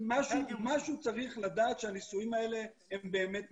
משהו צריך לדעת שהנישואים האלה הם באמת נישואים.